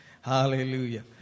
Hallelujah